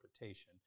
interpretation